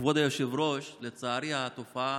כבוד היושב-ראש, לצערי, התופעה